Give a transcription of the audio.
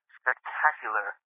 spectacular